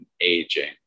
aging